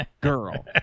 girl